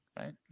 right